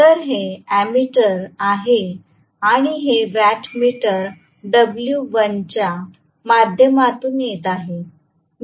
तर हे अँमीटर आहे आणि हे वॅट मीटर डब्ल्यू 1 च्या माध्यमातून येत आहे